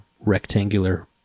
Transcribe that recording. rectangular